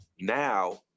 now